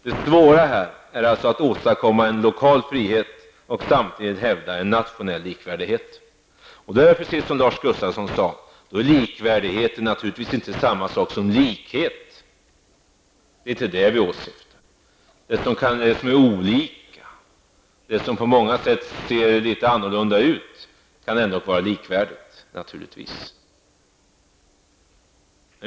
Det svåra är alltså att åstadkomma lokal frihet och samtidigt hävda nationell likvärdighet. Det är precis som Lars Gustafsson sade -- likvärdighet är naturligtvis inte samma sak som likhet. Det är inte likhet vi åsyftar. Det som är olika och på många sätt ser litet annorlunda ut, kan naturligtvis ändå vara likvärdigt.